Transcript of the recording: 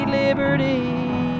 liberty